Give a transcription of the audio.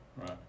Right